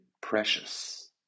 precious